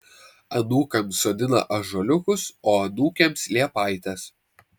anūkams sodina ąžuoliukus o anūkėms liepaites